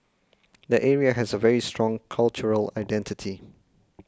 the area has a very strong cultural identity